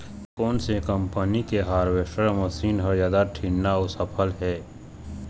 कोन से कम्पनी के हारवेस्टर मशीन हर जादा ठीन्ना अऊ सफल हे?